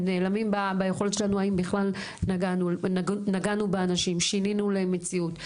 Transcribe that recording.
הם נעלמים אם לא נגענו באנשים ושינינו להם מציאות.